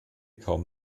kaum